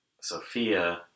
Sophia